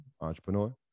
entrepreneur